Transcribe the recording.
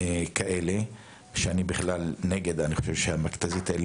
אני בכלל נגד שימוש במכתזית,